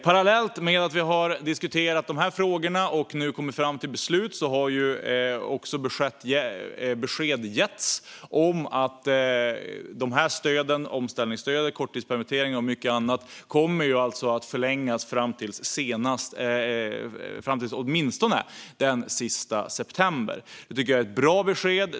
Parallellt med att vi har diskuterat de här frågorna och nu kommit fram till beslut har också besked getts om att dessa stöd - alltså omställningsstöd, korttidspermitteringar och mycket annat - kommer att förlängas fram till åtminstone den 30 september. Det tycker jag är ett bra besked.